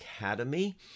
Academy